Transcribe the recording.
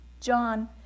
John